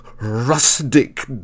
rustic